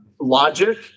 logic